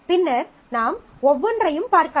பின்னர் நாம் ஒவ்வொன்றையும் பார்க்கலாம்